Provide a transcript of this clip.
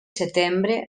setembre